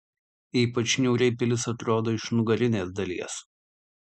ypač niūriai pilis atrodo iš nugarinės dalies